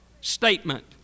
statement